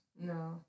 No